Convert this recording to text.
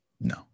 No